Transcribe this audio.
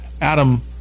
Adam